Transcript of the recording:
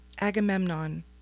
Agamemnon